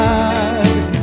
eyes